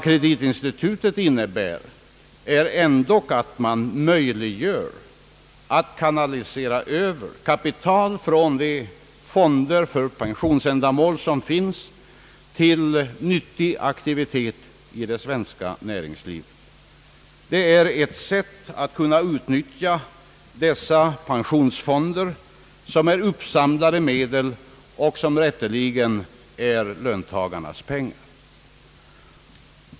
Kreditinstitutet innebär ändock att man möjliggör en kanalisering av kapital från de fonder för pensionsändamål, som finns, till nyttig aktivitet i det svenska näringslivet. Det är ett sätt att kunna utnyttja dessa pensionsfonder, vars uppsamlade medel rätteligen är löntagarnas pengar.